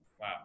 Wow